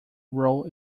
role